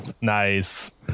Nice